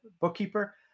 bookkeeper